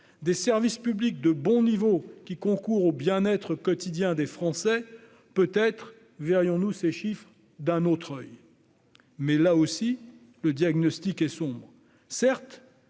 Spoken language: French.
des services publics de bon niveau concourant au bien-être quotidien des Français, peut-être verrions-nous ces chiffres d'un autre oeil. Mais, là aussi, le diagnostic est sombre.